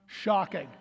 Shocking